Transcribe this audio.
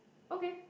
okay